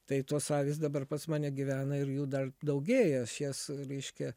tai tos avys dabar pas mane gyvena ir jų dar daugėja aš jas reiškia